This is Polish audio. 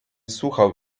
słuchał